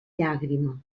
llàgrima